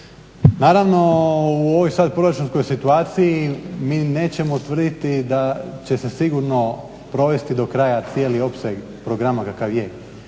Naravno, u ovoj sad proračunskoj situaciji mi nećemo tvrditi da će se sigurno provesti do kraja cijeli opseg programa kakav je.